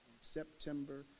September